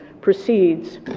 proceeds